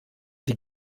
die